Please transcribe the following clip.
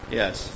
yes